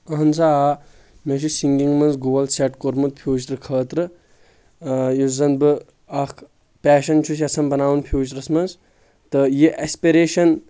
اہن سا آ مےٚ چھُ سِنگنٛگ منٛز گول سیٚٹ کوٚرمُت فیوٗچرٕ خٲطرٕ یُس زن بہٕ اکھ پیشن چھُس یژھان بناوُن فیوٗچرس منٛز تہٕ یہِ ایٚسپایریشن